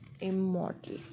immortal